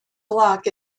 block